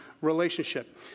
relationship